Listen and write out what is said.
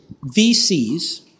VCs